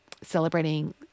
celebrating